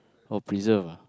or preserve ah